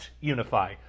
unify